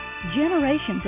Generations